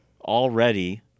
already